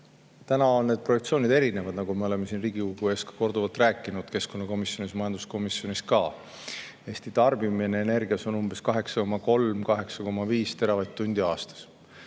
Täna on need projektsioonid erinevad, nagu me oleme siin Riigikogu ees korduvalt rääkinud, keskkonnakomisjonis ja majanduskomisjonis ka. Eesti tarbib energiat umbes 8,3–8,5 teravatt-tundi aastas.